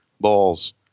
Balls